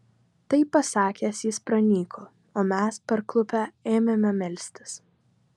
tai pasakęs jis pranyko o mes parklupę ėmėme melstis